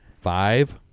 Five